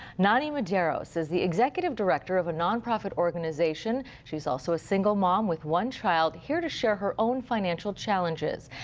nani medeiros is the executive director of a non-profit organization. she is also a single mom with one child, here to share her own financial challenges.